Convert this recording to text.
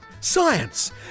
science